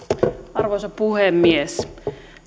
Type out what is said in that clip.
arvoisa puhemies